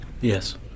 Yes